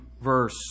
verse